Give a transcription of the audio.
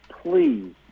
please